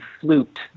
flute